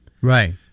Right